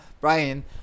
Brian